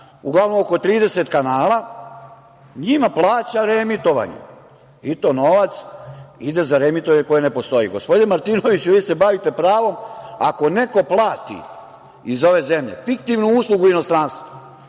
uglavnom oko 30 kanala, njima plaća reemitovanje i to novac ide za reemitovanje koje ne postoji. Gospodine Martinoviću, vi se bavite pravom, ako neko plati iz ove zemlje fiktivnu uslugu inostranstvu,